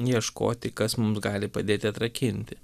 ieškoti kas mums gali padėti atrakinti